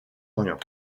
orient